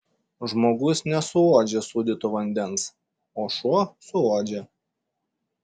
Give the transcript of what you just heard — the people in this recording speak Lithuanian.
žmogus nesuuodžia sūdyto vandens o šuo suuodžia